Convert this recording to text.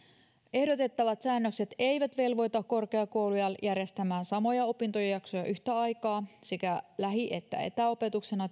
ehdotettavat säännökset eivät velvoita korkeakouluja järjestämään samoja opintojaksoja yhtä aikaa sekä lähi että etäopetuksena